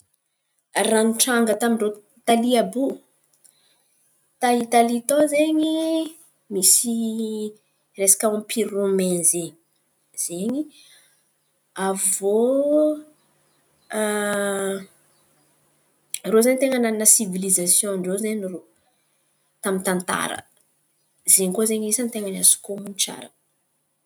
Raha nitranga tamin-drô Italia àby io, ta Italia tao izen̈y misy resaka ampira rômain zen̈y. Avô rô zen̈y tena nanan̈a sivilizasiôn zen̈y rô tamin’ny tantara zen̈y koa ny ten̈a ny azoko honon̈o tsara.